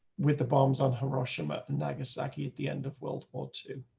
with the bombs on hiroshima and nagasaki. at the end of world war two.